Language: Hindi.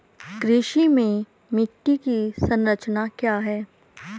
कृषि में मिट्टी की संरचना क्या है?